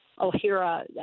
O'Hara